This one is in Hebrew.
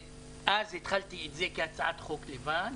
ואז התחלתי את זה כהצעת חוק לבד,